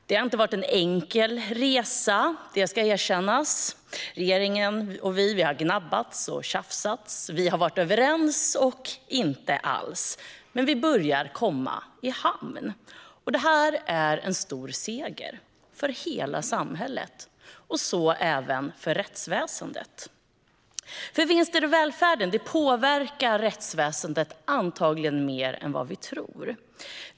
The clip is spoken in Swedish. Det har inte varit en enkel resa. Det ska erkännas. Regeringen och vi har gnabbats och tjafsat, varit överens och inte alls överens. Men vi börjar komma i hamn, och det är en stor seger för hela samhället och även för rättsväsendet. Vinster i välfärden påverkar rättsväsendet, antagligen mer än vad vi tror.